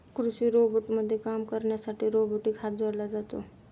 कृषी रोबोटमध्ये काम करण्यासाठी रोबोटिक हात जोडला जातो